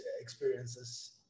experiences